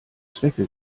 zwecke